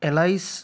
allies